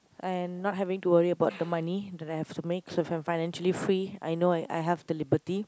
and not having to worry about the money that I have to make so I'm financially free I know I I have the liberty